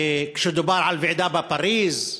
כשדובר על ועידה בפריז,